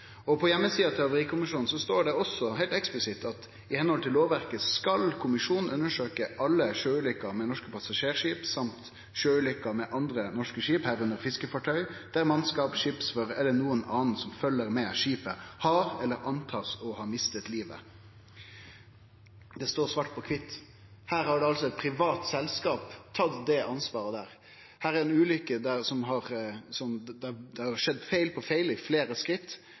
På heimesida til Havarikommisjonen står det også heilt eksplisitt: «I henhold til lovverket skal kommisjonen undersøke alle sjøulykker med norske passasjerskip, samt sjøulykker med andre norske skip, herunder fiskefartøy, der mannskap, skipsfører eller noen annen som følger med skipet har eller antas å ha mistet livet.» Det står svart på kvitt. Her har altså eit privat selskap tatt det ansvaret. Her er det ei ulykke der det har skjedd feil på feil i fleire skritt,